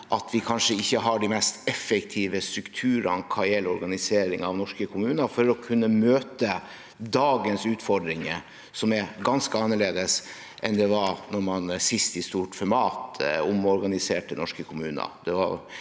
at vi kanskje ikke har de mest effektive strukturene hva gjelder organisering av norske kommuner for å kunne møte dagens utfordringer, som er ganske annerledes enn sist man omorganiserte norske kommuner